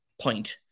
point